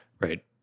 Right